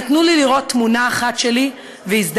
נתנו לי לראות תמונה אחת שלי והזדעזעתי.